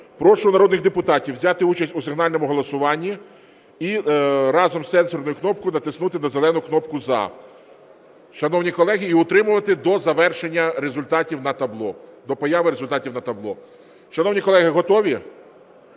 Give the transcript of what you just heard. Прошу народних депутатів взяти участь у сигнальному голосуванні і разом з сенсорною кнопкою натиснути, на зелену кнопку "За", шановні колеги, і утримувати до завершення результатів на табло, до появи результатів на табло. Шановні колеги, готові?